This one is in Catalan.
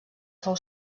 fou